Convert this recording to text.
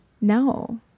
no